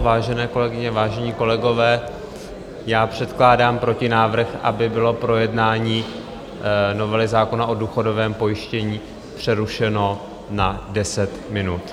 Vážené kolegyně, vážení kolegové, já předkládám protinávrh, aby bylo projednání novely zákona o důchodovém pojištění přerušeno na 10 minut.